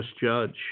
judge